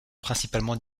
principalement